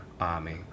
army